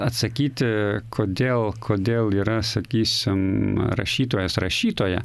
atsakyti kodėl kodėl yra sakysim rašytojas rašytoja